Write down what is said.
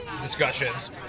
discussions